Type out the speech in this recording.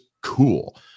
cool